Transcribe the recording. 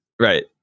Right